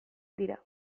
dira